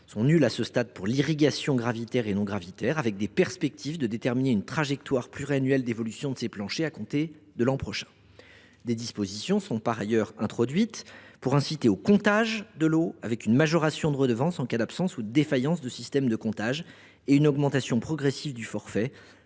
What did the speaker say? sont nuls à ce stade pour l’irrigation gravitaire et non gravitaire, avec la perspective de déterminer une trajectoire pluriannuelle d’évolution de ces planchers à compter de l’an prochain. Par ailleurs, des dispositions sont introduites pour inciter au comptage de l’eau, avec la majoration de la redevance en cas d’absence ou de défaillance du système de comptage et l’augmentation progressive du forfait